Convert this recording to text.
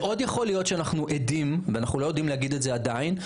אנחנו לא יודעים להגיד את זה עדיין,